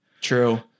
True